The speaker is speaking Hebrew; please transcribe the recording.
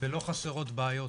ולא חסרות בעיות.